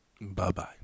Bye-bye